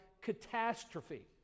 catastrophe